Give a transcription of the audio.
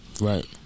Right